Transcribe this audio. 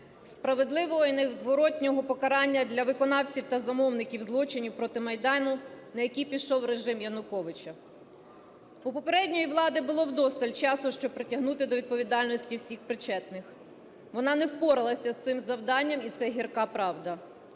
Справедливого і невідворотного покарання для виконавців та замовників злочинів проти Майдану, на який пішов режим Януковича. У попередньої влади було вдосталь часу, щоб притягнути до відповідальності всіх причетних. Вона не впоралася з цим завданням, і це гірка правка.